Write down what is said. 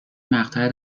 مقطع